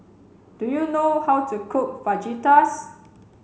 do you know how to cook Fajitas